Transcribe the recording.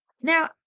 Now